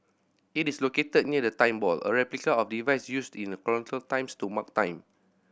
it is located near the Time Ball a replica of the device used in colonial times to mark time